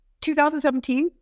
2017